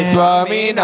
Swami